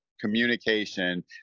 communication